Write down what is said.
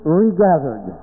regathered